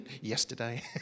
Yesterday